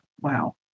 wow